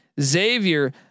Xavier